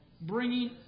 Bringing